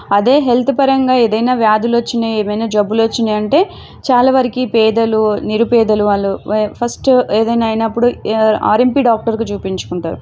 అదే హెల్త్ పరంగా ఏదైనా వ్యాధులొచ్చినాయి ఏమైనా జబ్బులొచ్చినాయి అంటే చాలా వరకి పేదలు నిరుపేదలు వాళ్ళు ఫస్ట్ ఏదైనా అయినప్పుడు ఆర్ఎంపీ డాక్టర్కు చూపించుకుంటారు